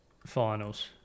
Finals